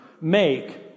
make